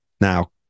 Now